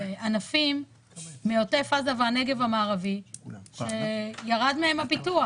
בענפים מעוטף עזה והנגב המערבי שירד מהם הביטוח.